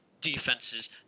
defenses